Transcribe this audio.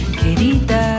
querida